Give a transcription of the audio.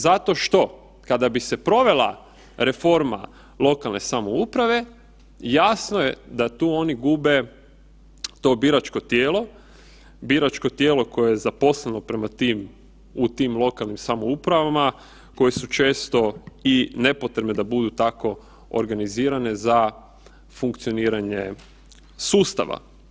Zato što kada bi se provela reforma lokalne samouprave jasno je da tu oni gube to biračko tijelo, biračko tijelo koje je zaposleno u tim lokalnim samoupravama koje su često i nepotrebne da budu tako organizirane za funkcioniranje sustava.